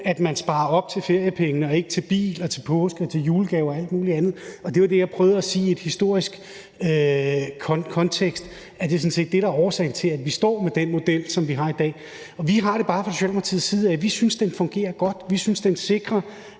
at man sparer op til feriepengene og ikke til en bil eller til påske eller til julegaver eller alt muligt andet. Og det var det, jeg prøvede at sige før i en historisk kontekst, nemlig at det sådan set er det, der er årsagen til, at vi står med den model, som vi har i Danmark. Og vi har det bare sådan fra Socialdemokratiets side, at vi synes, den fungerer godt; vi synes, den sikrer,